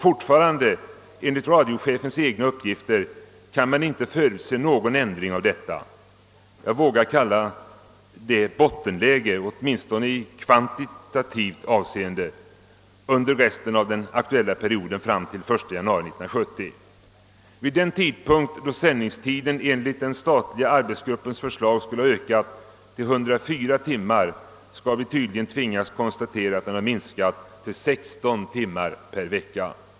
Fortfarande kan man — enligt radiochefens egna uppgifter — inte förutse någon ändring av detta vad jag kallar bottenläge, åtminstone i kvantitativt avseende, under resten av den aktuella perioden fram till den 1 januari 1970. Vid den tidpunkt, då sändningstiden enligt den statliga arbetsgruppens förslag skulle ha ökat till 104 timmar, skall vi tydligen tvingas konstatera att den har minskat till 16 timmar per år.